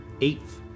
Eighth